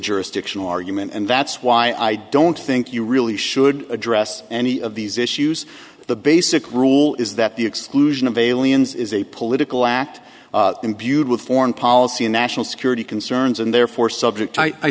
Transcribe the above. jurisdictional argument and that's why i don't think you really should address any of these issues the basic rule is that the exclusion of aliens is a political act imbued with foreign policy and national security concerns and therefore subject i thought i